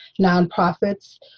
nonprofits